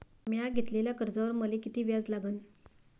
म्या घेतलेल्या कर्जावर मले किती व्याज लागन?